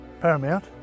paramount